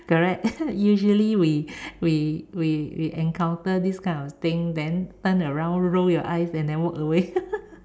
correct usually we we we encounter these kind of things then turn around roll your eyes then walk away